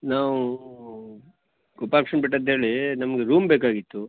ನಾವು ಕೃಪಾಕ್ಷನ್ ಭಟ್ ಅಂತ್ಹೇಳಿ ನಮಗೆ ರೂಮ್ ಬೇಕಾಗಿತ್ತು